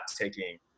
taking